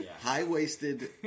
High-waisted